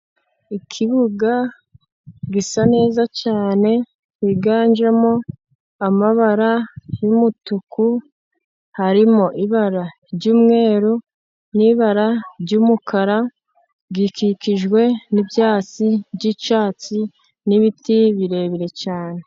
Ikibuga gisa neza cyane higanjemo amabara y'umutuku harimo ibara ry'umweru n'ibara ry'umukara gikikijwe n'ibyatsi by'icyatsi n'ibiti birebire cyane.